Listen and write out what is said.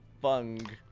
fung